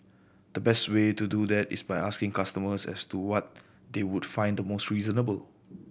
the best way to do that is by asking customers as to what they would find the most reasonable